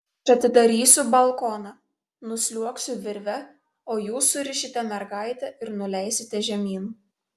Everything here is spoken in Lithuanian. aš atidarysiu balkoną nusliuogsiu virve o jūs surišite mergaitę ir nuleisite žemyn